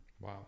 Wow